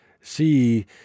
See